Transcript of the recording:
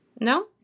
No